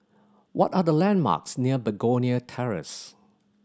what are the landmarks near Begonia Terrace